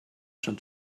schon